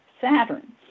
Saturn